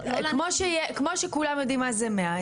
כמו שכולם יודעים מזה 100,